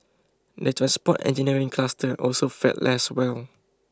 the transport engineering cluster also fared less well